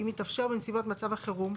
אם מתאפשר בנסיבות מצב החירום,